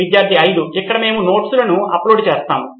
విద్యార్థి 5 ఇక్కడ మేము నోట్స్లను అప్లోడ్ చేస్తాము